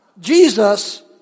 Jesus